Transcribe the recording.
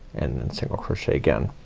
and then single crochet again.